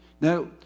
Now